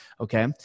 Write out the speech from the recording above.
Okay